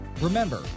Remember